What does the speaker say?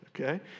okay